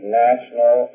national